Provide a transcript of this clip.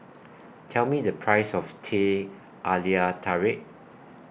Tell Me The Price of Teh Halia Tarik